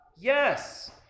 Yes